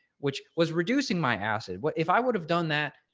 which was reducing my acid what if i would have done that?